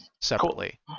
separately